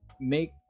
make